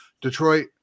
Detroit